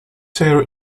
tear